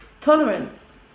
Tolerance